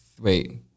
wait